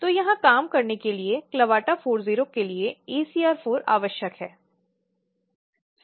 तो यहाँ काम करने के लिए CLAVATA40 के लिए ACR4 आवश्यक है